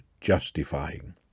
justifying